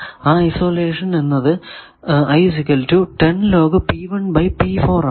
ആ ഐസൊലേഷൻ എന്നത് ആണ്